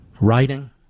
writing